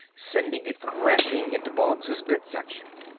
sending it crashing into boggs's midsection.